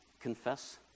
confess